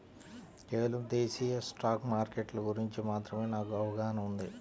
కేవలం దేశీయ స్టాక్ మార్కెట్ల గురించి మాత్రమే నాకు అవగాహనా ఉంది